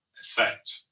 effect